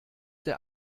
der